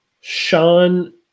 Sean